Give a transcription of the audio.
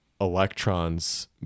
electrons